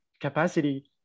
capacity